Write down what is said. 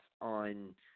on –